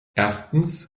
erstens